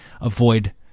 avoid